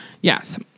Yes